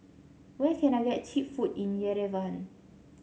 where can I get cheap food in Yerevan